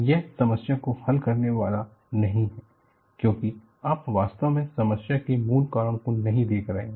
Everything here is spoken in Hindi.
यह समस्या को हल करने वाला नहीं है क्योंकि आप वास्तव में समस्या के मूल कारण को नहीं देख रहे हैं